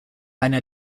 einer